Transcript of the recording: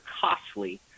costly